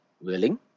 willing